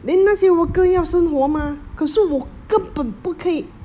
then 那些 worker 要生活 mah 可是我根本不可以